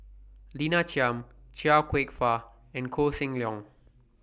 Lina Chiam Chia Kwek Fah and Koh Seng Leong